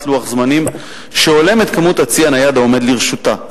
לוח זמנים שהולם את כמות הצי הנייד העומד לרשותה.